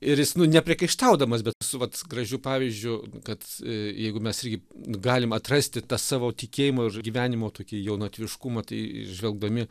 ir jis nu ne priekaištaudamas bet su vat gražiu pavyzdžiu kad jeigu mes irgi galim atrasti tą savo tikėjimo ir gyvenimo tokį jaunatviškumą tai žvelgdami